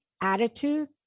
attitude